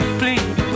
please